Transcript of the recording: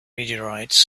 meteorites